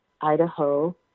Idaho